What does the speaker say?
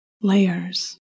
layers